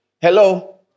hello